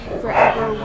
forever